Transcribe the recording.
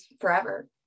forever